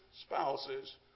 spouses